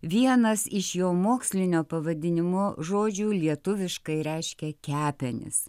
vienas iš jo mokslinio pavadinimo žodžių lietuviškai reiškia kepenis